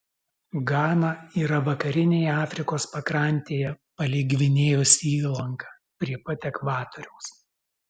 gana yra vakarinėje afrikos pakrantėje palei gvinėjos įlanką prie pat ekvatoriaus